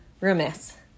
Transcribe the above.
Remiss